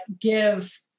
give